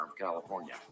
california